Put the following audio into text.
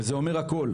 וזה אומר הכול.